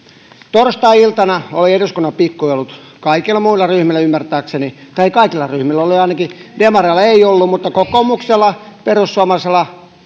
torstai iltana oli eduskunnan pikkujoulut kaikilla ryhmillä ymmärtääkseni tai ei kaikilla ryhmillä ainakaan demareilla ei ollut mutta kokoomuksella perussuomalaisilla